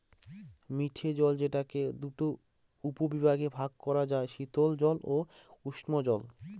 মিঠে জল যেটাকে দুটা উপবিভাগে ভাগ করা যায়, শীতল জল ও উষ্ঞজল